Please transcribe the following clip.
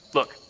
Look